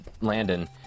Landon